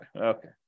Okay